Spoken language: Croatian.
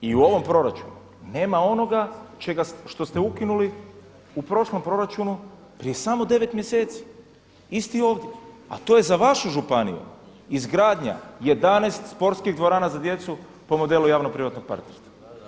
I u ovom proračunu nema onoga što ste ukinuli u prošlom proračunu prije samo 9 mjeseci isti ovdje, a to je za vašu županiju izgradnja 11 sportskih dvorana za djecu po modelu javnoprivatnog partnerstva.